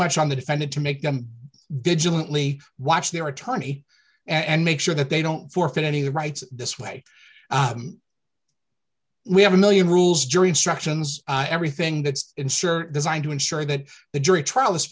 much on the defendant to make them vigilantly watch their attorney and make sure that they don't forfeit any rights this way we have a one million rules jury instructions everything that's ensure designed to ensure that the jury trial is